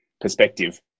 perspective